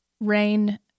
rain